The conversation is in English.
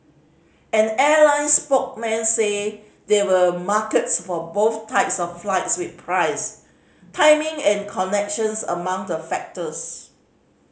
an airline said there were markets for both types of flights with price timing and connections among the factors